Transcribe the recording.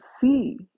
see